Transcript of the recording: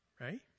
right